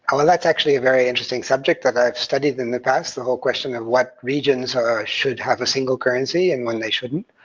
and well, that's actually a very interesting subject that i've studied in the past, the whole question of what regions should have a single currency, and when they shouldn't.